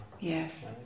Yes